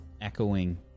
echoing